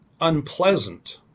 unpleasant